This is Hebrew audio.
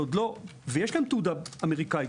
ויש להם תעודה אמריקנית,